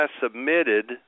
submitted